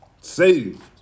saved